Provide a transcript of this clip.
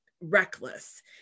reckless